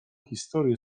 historię